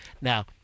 Now